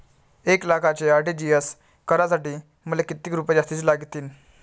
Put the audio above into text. एक लाखाचे आर.टी.जी.एस करासाठी मले कितीक रुपये जास्तीचे लागतीनं?